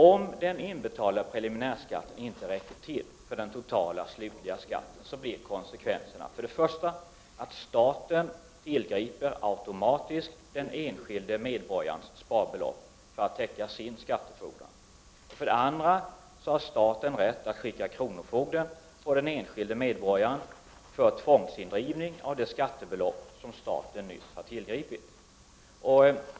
Om den inbetalda preliminärskatten inte räcker till för den totala slutliga skatten, blir konsekvensen för det första att staten automatiskt tillgriper den enskilde medborgarens sparbelopp för att täcka sin skattefordran. För det andra har staten rätt att skicka kronofogden på den enskilde medborgaren för tvångsindrivning av det sparbelopp som staten nyss har tillgripit.